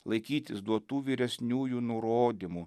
laikytis duotų vyresniųjų nurodymų